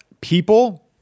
people